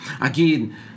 again